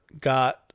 got